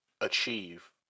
achieve